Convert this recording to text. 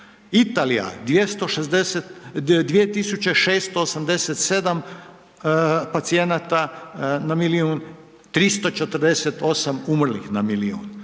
Italija, 2687 pacijenata na milijun, 348 umrlih na milijun.